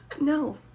No